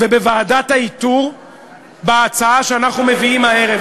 ובוועדת האיתור בהצעה שאנחנו מביאים הערב.